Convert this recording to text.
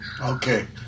Okay